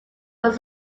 was